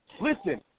Listen